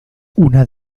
una